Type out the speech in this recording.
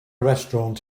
restaurant